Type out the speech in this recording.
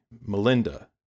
Melinda